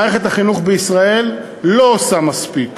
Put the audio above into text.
מערכת החינוך בישראל לא עושה מספיק